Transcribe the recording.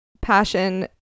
passion